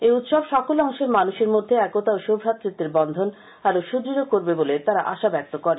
এই উৎসব সকল অংশের মানুষের মধ্যে একতা ও সৌভ্রাতৃত্বের বন্ধন আরও সুদৃঢ় করবে বলে তাঁরা আশা ব্যক্ত করেন